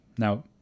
Now